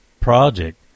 project